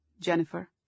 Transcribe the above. Jennifer